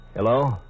Hello